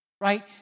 Right